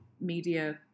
media